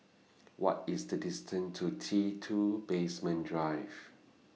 What IS The distance to T two Basement Drive